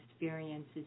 experiences